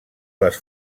les